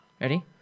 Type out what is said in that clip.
Ready